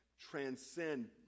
transcend